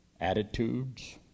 attitudes